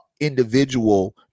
individual